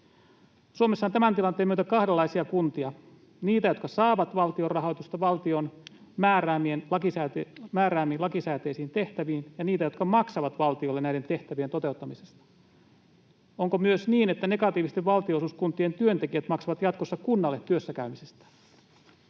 Suomessa on tämän tilanteen myötä kahdenlaisia kuntia: niitä, jotka saavat valtion rahoitusta valtion määräämiin lakisääteisiin tehtäviin, ja niitä, jotka maksavat valtiolle näiden tehtävien toteuttamisesta. Onko myös niin, että negatiivisten valtionosuuksien kuntien työntekijät maksavat jatkossa kunnalle työssäkäymisestään?